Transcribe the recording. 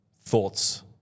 thoughts